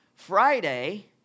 Friday